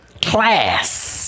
Class